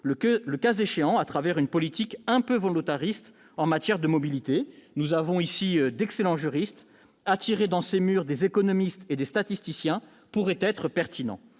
le cas échéant à travers une politique un peu volontariste en matière de mobilités. Nous avons ici d'excellents juristes ; attirer dans ses murs des économistes et des statisticiens pourrait être pertinent.